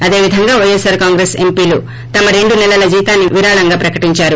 అదే విధంగా పైఎస్ ఆర్ కాంగ్రెస్ ఎంపీలు తమ రెండు నెలల జీతాన్ని విరాళంగా ప్రకటించారు